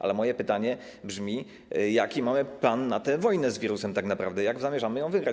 Ale moje pytanie brzmi: Jaki mamy plan na tę wojnę z wirusem tak naprawdę, jak zamierzamy ją wygrać?